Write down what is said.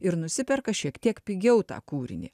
ir nusiperka šiek tiek pigiau tą kūrinį